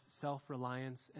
self-reliance